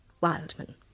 Wildman